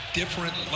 different